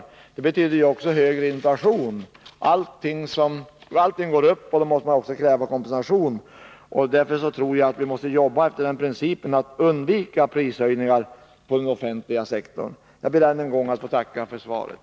Sådana betyder ju också högre inflation — då allting går upp kräver man kompensation. Därför tror jag att vi måste jobba efter principen att undvika prishöjningar på den offentliga sektorn. Jag ber än en gång att få tacka för svaret.